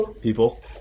people